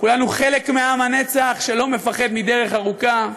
כולנו חלק מעם הנצח שלא מפחד מדרך ארוכה,